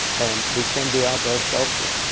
and we can do outdoor sculpture.